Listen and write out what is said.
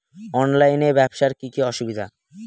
অনলাইনে ব্যবসার কি কি অসুবিধা?